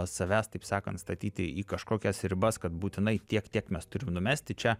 savęs taip sakant statyti į kažkokias ribas kad būtinai tiek tiek mes turim numesti čia